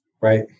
right